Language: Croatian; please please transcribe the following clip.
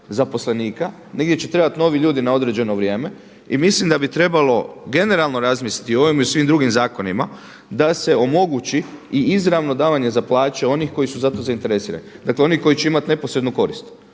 zaposlenika. Negdje će trebati novi ljudi na određeno vrijeme. I mislim da bi trebalo generalno razmisliti o ovima i svim drugim zakonima da se omogući i izravno davanje za plaće onih koji su za to zainteresirani, dakle oni koji će imati neposrednu korist.